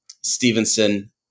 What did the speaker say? Stevenson